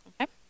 Okay